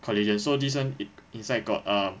collagen so this [one] in~ inside got um